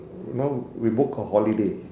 you know we book a holiday